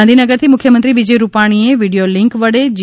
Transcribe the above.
ગાંધીનગરથી મુખ્યમંત્રી વિજય રૂપાણીએ વિડીયોલિન્ક વડે જી